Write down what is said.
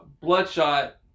Bloodshot